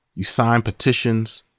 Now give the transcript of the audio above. you sign petitions,